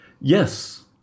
Yes